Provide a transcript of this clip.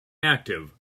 active